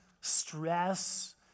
stress